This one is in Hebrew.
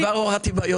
כבר עוררתי בעיות.